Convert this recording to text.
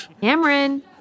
Cameron